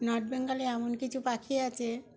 north বেঙ্গলে এমন কিছু পাখি আছে